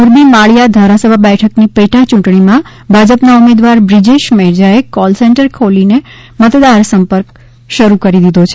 મોરબી માળીયા ધારાસભા બેઠક ની પેટા ચૂંટણી માં ભાજપ ના ઉમેદવાર બ્રિજેશ મેરજા એ કોલ સેંટર ખોલી ને મતદાર સંપર્ક શરૂ કરી દીધો છે